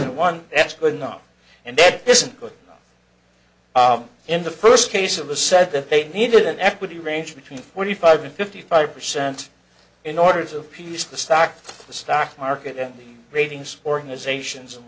for one that's good enough and that isn't good in the first case of the said that they needed an equity range between forty five and fifty five percent in order to piece the stock the stock market and the ratings organizations and